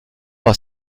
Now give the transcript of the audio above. par